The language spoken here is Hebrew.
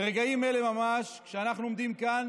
ברגעים אלה ממש, כשאנחנו עומדים כאן